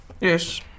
Yes